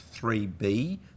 3B